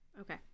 Okay